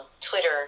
Twitter